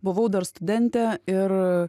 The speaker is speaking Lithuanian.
buvau dar studentė ir